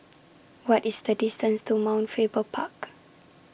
What IS The distance to Mount Faber Park